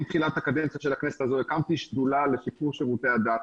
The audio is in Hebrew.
עם תחילת הקדנציה של הכנסת הזו הקמתי שדולה לשיפור שרותי הדת.